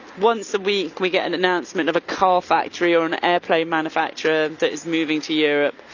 once a week, we get an announcement of a car factory or an airplane manufacturer that is moving to europe.